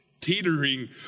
teetering